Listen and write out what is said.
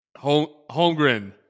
Holmgren